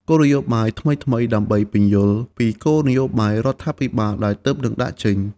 គោលនយោបាយថ្មីៗ ដើម្បីពន្យល់ពីគោលនយោបាយរដ្ឋាភិបាលដែលទើបនឹងដាក់ចេញ។